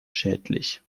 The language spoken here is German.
schädlich